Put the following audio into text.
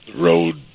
road